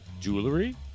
jewelry